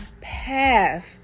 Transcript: path